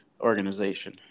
organization